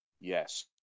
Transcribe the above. Yes